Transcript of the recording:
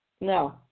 No